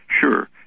sure